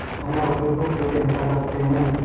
हम रुपये को कैसे बचा सकते हैं?